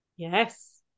Yes